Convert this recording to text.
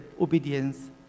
obedience